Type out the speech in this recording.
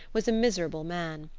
was a miserable man.